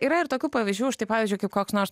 yra ir tokių pavyzdžių štai pavyzdžiui kaip koks nors